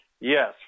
Yes